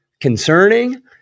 concerning